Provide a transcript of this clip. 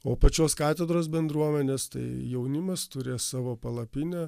o pačios katedros bendruomenės tai jaunimas turės savo palapinę